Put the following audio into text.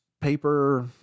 paper